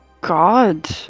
god